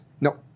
No